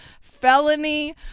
felony